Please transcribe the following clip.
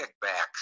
kickbacks